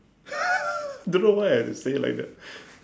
don't know why I say it like that